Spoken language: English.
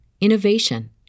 innovation